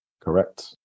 Correct